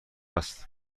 است